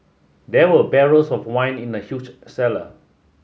there were barrels of wine in the huge cellar